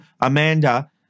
Amanda